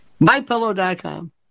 MyPillow.com